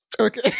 Okay